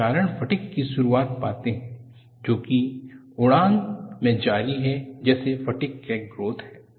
तो आप संक्षारण फटिग की शुरुआत पाते हैं जो की उड़ान मे जारी है जैसे फटिग क्रैक ग्रोथ है